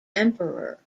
emperor